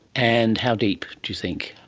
and how deep do you think?